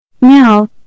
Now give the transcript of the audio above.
Now